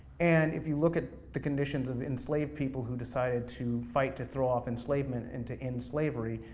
and if you look at the conditions of enslaved people who decided to fight to throw off enslavement, and to end slavery,